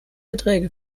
erträge